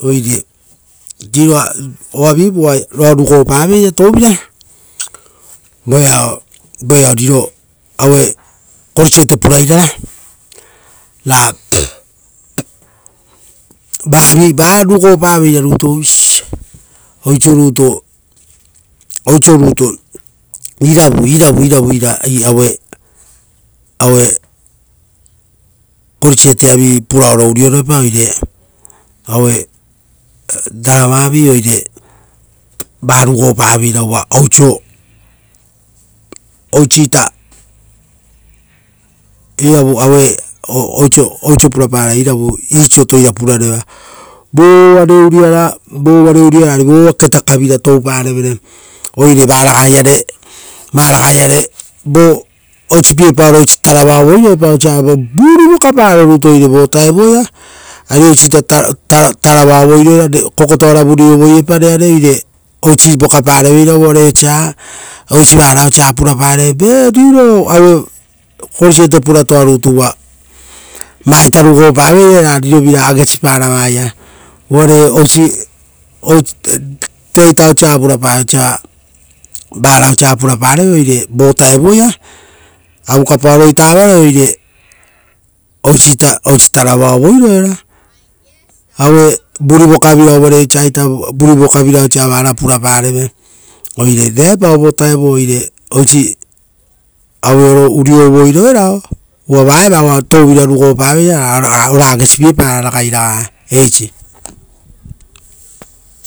Oire oavi oa rugopa veira touvira, voeao, voeao riro regerii purairara vaa rugo paveira rutu noiso rutu oiso rutu iravu iravu iravu ira aue regeri avi purao urioro epa, oire aue drama avi oire vaa rugopa veira, uva oiso, oisita, iravu aue oiso puraparai iravu iisoto ira purareva, voo va reuriara, vova reuriara, ari vova ketaka vira touparevere. Oire varaga iare vo oisi piepaoro oisi tarava ovoi roepa, osa aue vurivoka paro rutu, oire vo vutao ia, ari oisita taravao voi oepa, kokotoara vuri ovoi epa rerare. Oire oisi vokapare veira uvare osia osi vara purapareve. Riro regeri puratoa rutu concert uva voaita rugopa veira ra rirovira agesipara vaia. Uvare oisi osa rera osa vurapaa osa vara osa purapareve oire vo vutao ia, avuka paoro ita avaroe oire, oisi tarava ovoi roera. Aue vuri vokovira uvare osaita oisi vuri vukavira osa vara purapareve. Oire raepao vo vutaoia taevu. vutao-votaevuo oire oisi aue oro urio ovoi roerao. Uva vaa eva oatouvira rugopa veira, ra ora agesipie para ragai raga. Eisi.